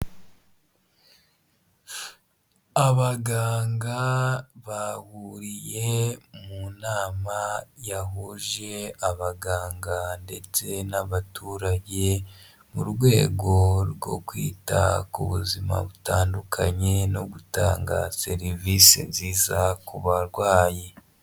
Abaganga baburiye mu nama yahuje abaganga ndetse n'abaturage mu rwego rwo kwita ku buzima butandukanye no gutanga serivisi nziza ku barwayi.